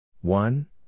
One